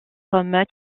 comme